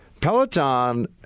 Peloton